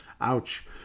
ouch